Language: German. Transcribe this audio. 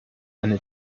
eine